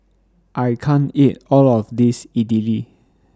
I can't eat All of This Idili